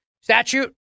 statute